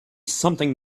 something